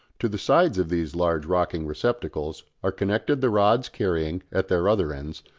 to the sides of these large rocking receptacles are connected the rods carrying, at their other ends,